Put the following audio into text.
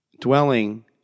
dwelling